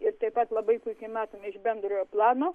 ir taip pat labai puikiai mateme iš bendrojo plano